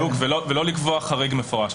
בדיוק, ולא לקבוע חריג מפורש.